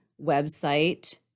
website